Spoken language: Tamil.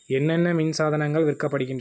என்னென்ன மின் சாதனங்கள் விற்கப்படுகின்றன